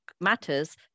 matters